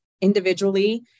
individually